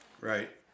Right